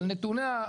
אבל נתוני,